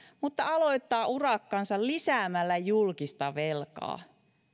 mutta aloittaa urakkansa lisäämällä julkista velkaa